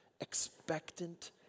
expectant